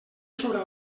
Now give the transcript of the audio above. sobre